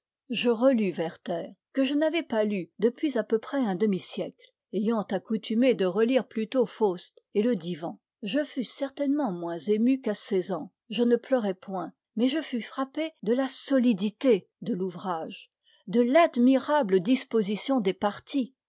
je relus werther que je n'avais pas lu depuis à peu près un demi-siècle ayant accoutumé de relire plutôt faust et le divan je fus certainement moins ému qu'à seize ans je ne pleurai point mais je fus frappé de la solidité de l'ouvrage de l'admirable disposition des parties